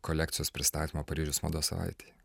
kolekcijos pristatymo paryžiaus mados savaitėje